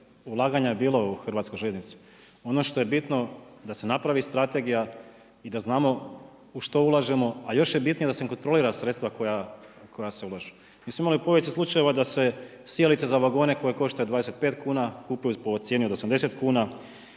ulaganja je bilo u hrvatsku željeznicu. Ono što je bitno da se napravi strategija i da znamo u što ulažemo a još je bitnije da se kontrolira sredstva koja se ulažu. Mi smo imali povijesnih slučajeva da se sijalica za vagone koja košta 25 kuna, kupuje po cijeni od 80 kuna,